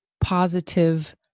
positive